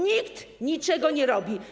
Nikt niczego nie robi.